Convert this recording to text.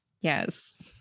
Yes